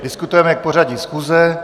Diskutujeme k pořadu schůze.